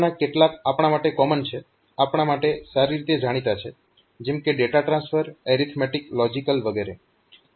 તેમાંના કેટલાક આપણા માટે કોમન છે આપણા માટે સારી રીતે જાણીતા છે જેમ કે ડેટા ટ્રાન્સફર એરિથમેટીક લોજીકલ વગેરે